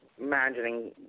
imagining